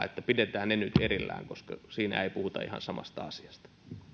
että pidetään ne nyt erillään koska niissä ei puhuta ihan samasta asiasta